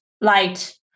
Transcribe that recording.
light